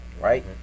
right